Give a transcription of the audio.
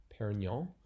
Perignon